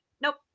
nope